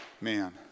Man